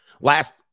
Last